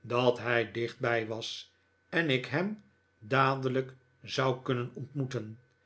dat hij dichtbij was en ik hem dadelijk zou kunnen ontmoeten